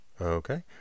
Okay